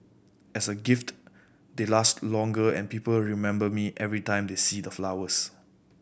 as a gift they last longer and people remember me every time they see the flowers